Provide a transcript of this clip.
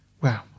Wow